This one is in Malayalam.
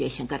ജയശങ്കർ